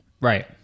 Right